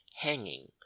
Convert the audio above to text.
hanging